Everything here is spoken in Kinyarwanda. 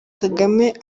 kagame